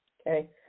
Okay